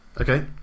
Okay